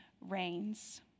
reigns